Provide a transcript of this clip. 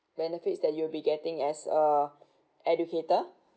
benefits that you'll be getting as a educator